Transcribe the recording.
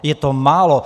Je to málo!